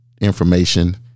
information